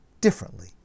differently